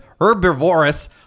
herbivorous